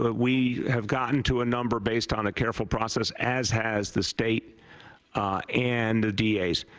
but we have gotten to a number based on a careful process as has the state and the d a s.